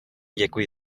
děkuji